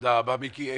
תודה רבה, מיקי.